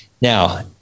Now